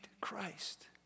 Christ